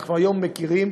אנחנו היום מכירים,